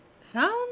Found